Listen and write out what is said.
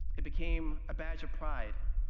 it became a badge of pride,